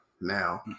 Now